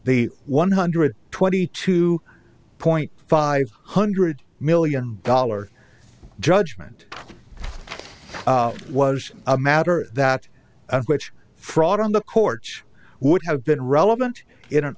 the one hundred twenty two point five hundred million dollar judgment was a matter that of which fraud on the court would have been relevant in